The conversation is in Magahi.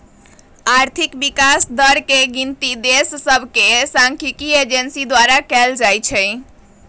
आर्थिक विकास दर के गिनति देश सभके सांख्यिकी एजेंसी द्वारा कएल जाइ छइ